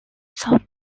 south